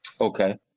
Okay